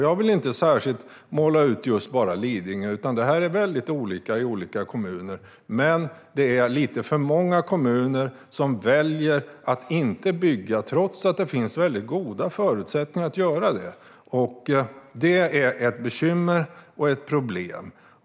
Jag vill inte särskilt måla ut just Lidingö, utan detta är väldigt olika i olika kommuner. Men det är lite för många kommuner som väljer att inte bygga, trots att det finns goda förutsättningar att göra det. Detta är ett bekymmer och ett problem.